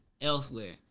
elsewhere